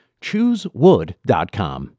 Choosewood.com